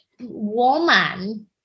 woman